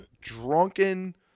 drunken